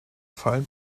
fallen